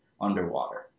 underwater